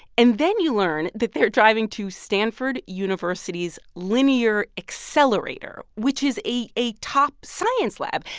and then you learn that they're driving to stanford university's linear accelerator, which is a a top science lab.